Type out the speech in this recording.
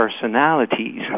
personalities